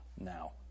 now